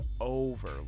over